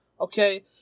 okay